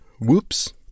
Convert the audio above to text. Whoops